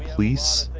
police,